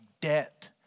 debt